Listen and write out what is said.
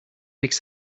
makes